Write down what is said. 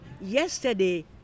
yesterday